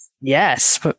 yes